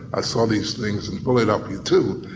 i saw these things in bullet up here too,